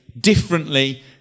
differently